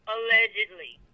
Allegedly